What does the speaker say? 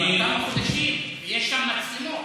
כבר כמה חודשים, ויש שם מצלמות.